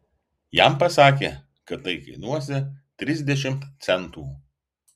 jam pasakė kad tai kainuosią trisdešimt centų